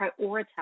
prioritize